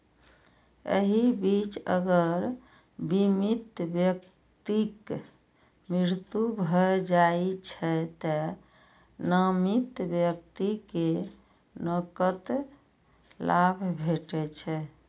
एहि बीच अगर बीमित व्यक्तिक मृत्यु भए जाइ छै, तें नामित व्यक्ति कें नकद लाभ भेटै छै